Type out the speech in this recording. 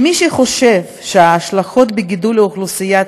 מי שחושב שההשלכות בגידול אוכלוסיית